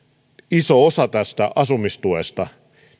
iso osa tästä asumistuesta